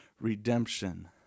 redemption